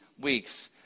weeks